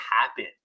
happen